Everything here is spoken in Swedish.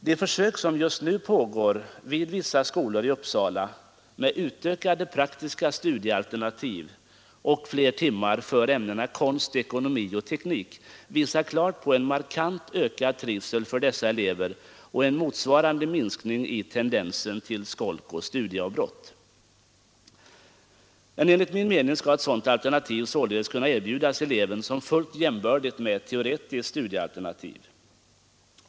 De försök som just nu pågår vid vissa skolor i Uppsala med utökade praktiska studiealternativ och fler timmar för ämnena konst, ekonomi och teknik visar klart på en markant ökad trivsel för dessa elever och en motsvarande minskning i tendensen till skolk och studieavbrott. Enligt min mening skall ett sådant alternativ kunna erbjudas eleven som fullt jämbördigt med ett teoretiskt studiealternativ.